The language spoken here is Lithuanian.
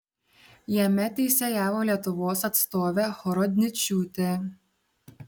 jame teisėjavo lietuvos atstovė horodničiūtė